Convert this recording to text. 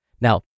Now